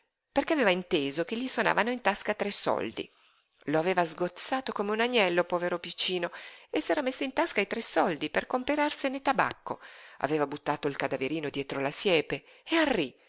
perché aveva inteso che gli sonavano in tasca tre soldi lo aveva sgozzato come un agnello povero piccino s'era messi in tasca i tre soldi per comperarsene tabacco aveva buttato il cadaverino dietro la siepe e arrí a